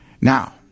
Now